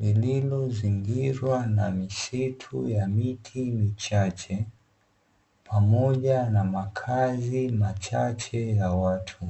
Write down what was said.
lililozingirwa na misitu ya miti michache pamoja na makazi machache ya watu.